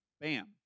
bam